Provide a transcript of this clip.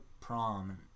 prom